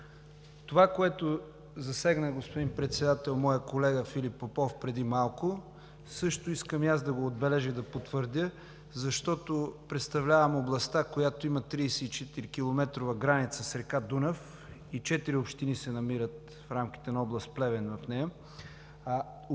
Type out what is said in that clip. Това, което засегна, господин Председател, моят колега Филип Попов преди малко, също искам и аз да го отбележа и да го потвърдя. Представлявам областта, която има 34-километрова граница с река Дунав и четири общини в рамките на област Плевен се